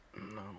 No